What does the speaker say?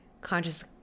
conscious